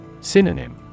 Synonym